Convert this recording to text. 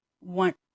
want